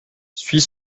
suis